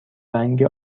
رنگ